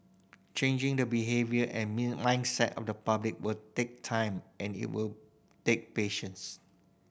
changing the behaviour and mindset of the public will take time and it will take patience